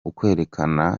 ukwerekana